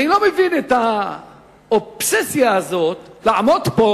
אני לא מבין את האובססיה הזאת לעמוד פה